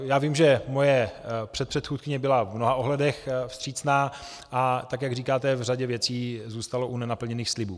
Já vím, že moje předchůdkyně byla v mnoha ohledech vstřícná, a jak říkáte, v řadě věcí zůstalo u nenaplněných slibů.